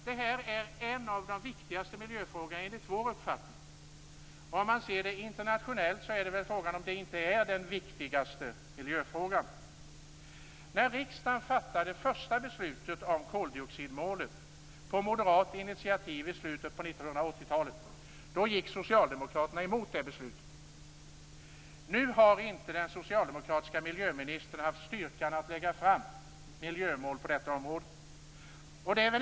Det här är en av de viktigaste miljöfrågorna enligt vår uppfattning. Internationellt sett är frågan om inte detta är den viktigaste miljöfrågan. När riksdagen fattade det första beslutet om koldioxidmålet på moderat initiativ i slutet på 80-talet gick socialdemokraterna mot beslutet. Nu har inte den socialdemokratiska miljöministern haft styrkan att lägga fram miljömål på detta område.